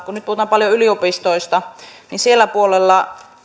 kun nyt puhutaan paljon yliopistoista niin sillä puolella